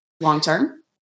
long-term